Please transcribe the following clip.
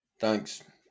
Thanks